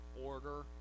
order